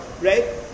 right